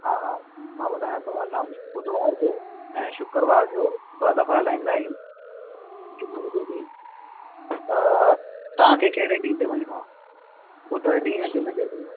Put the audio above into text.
हा हा मां ॿुधायो थो असां बुधवार जो ऐं शुक्रवार जो ॿ दफ़ा हलाईंदा आहियूं जुमे जे ॾींहुं तव्हां खे कहिड़े ॾींहं ते वञणो आहे बुधरु ॾींहुं या जुमे जे ॾींहुं